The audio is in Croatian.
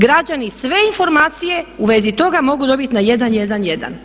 Građani sve informacije u vezi toga mogu dobiti na 111.